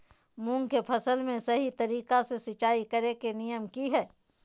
मूंग के फसल में सही तरीका से सिंचाई करें के नियम की हय?